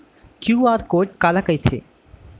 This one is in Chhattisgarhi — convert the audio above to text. क्यू.आर कोड काला कहिथे?